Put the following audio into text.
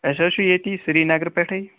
أسۍ حظ چھُ ییٚتی سرینگرٕ پٮ۪ٹھٕے